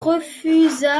refusa